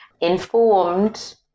informed